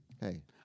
Hey